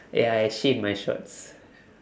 ya I shit my shorts